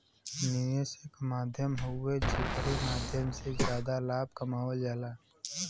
निवेश एक माध्यम हउवे जेकरे माध्यम से जादा लाभ कमावल जाला